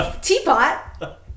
teapot